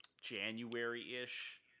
January-ish